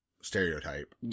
stereotype